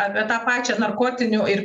apie tą pačią narkotinių ir